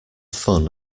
fun